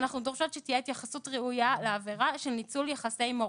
אנחנו דורשות שתהיה התייחסות ראויה לעבירה של ניצול יחסי מרות.